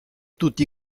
tutti